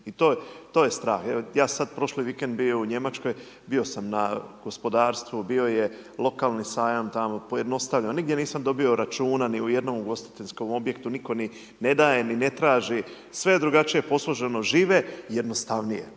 to je strah. Jer ja sad prošli vikend bio u Njemačkoj, bio sam na gospodarstvu, bio je lokalni sajam tamo, pojednostavljeno, nigdje nisam dobio računa ni u jednom ugostiteljskom objektu, nitko ni ne daje, ni ne traži. Sve je drugačije posloženo. Žive jednostavnije.